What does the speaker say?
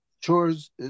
Chores